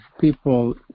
people